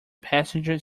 passenger